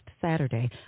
Saturday